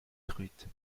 truites